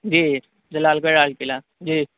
جی Jalalgarh Lal Qila جی